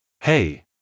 Hey